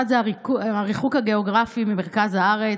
זה הריחוק הגיאוגרפי ממרכז הארץ,